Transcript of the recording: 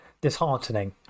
disheartening